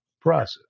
process